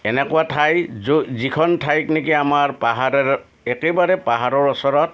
এনেকুৱা ঠাই যিখন ঠাই নেকি আমাৰ পাহাৰৰ একেবাৰে পাহাৰৰ ওচৰত